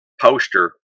poster